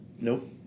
Nope